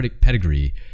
pedigree